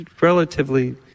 Relatively